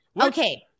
okay